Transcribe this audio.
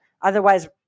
Otherwise